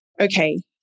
okay